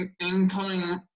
incoming